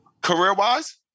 Career-wise